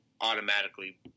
automatically